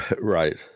Right